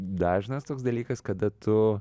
dažnas toks dalykas kada tu